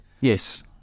yes